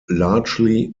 largely